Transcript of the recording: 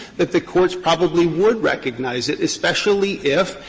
that the courts probably would recognize it, especially if,